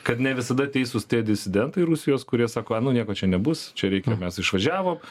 kad ne visada teisūs tie disidentai rusijos kurie sako nu nieko čia nebus čia reikia mes išvažiavom